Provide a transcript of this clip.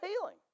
healing